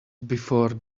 before